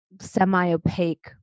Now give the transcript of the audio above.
semi-opaque